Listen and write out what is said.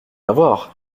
avoir